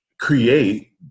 create